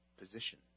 position